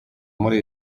muri